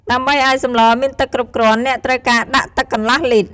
ដើម្បីឱ្យសម្លមានទឹកគ្រប់គ្រាន់ អ្នកត្រូវការដាក់ទឹកកន្លះលីត្រ។